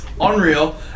Unreal